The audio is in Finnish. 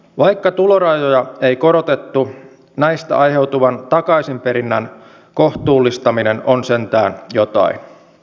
vaikka tulorajoja ei korotettu näistä aiheutuvan takaisinperinnän kohtuullistaminen on sentään jotain